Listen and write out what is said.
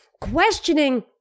questioning